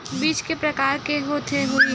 बीज के प्रकार के होत होही?